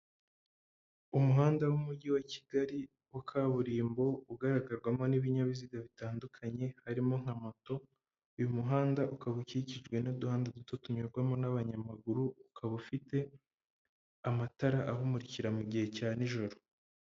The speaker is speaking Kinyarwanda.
Umuhanda w'umujyi wa Kigali wa kaburimbo ugaragarwamo n'ibinyabiziga bitandukanye, harimo nka moto, uyu muhanda ukaba ukikijwe n'uduhanda duto tunyurwamo n'abanyamaguru, ukaba ufite amatara awumukira mu gihe cya nijoro.